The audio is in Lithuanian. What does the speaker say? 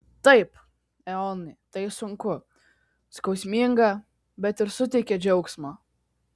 taip eonai tai sunku skausminga bet ir suteikia džiaugsmo